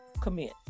commit